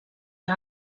que